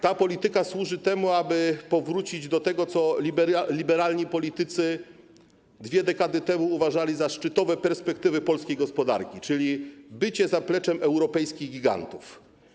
Ta polityka służy temu, aby powrócić do tego, co liberalni politycy dwie dekady temu uważali za szczytowe perspektywy polskiej gospodarki, czyli bycie zapleczem europejskich gigantów.